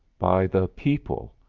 by the people,